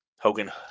Hogan